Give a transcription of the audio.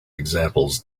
examples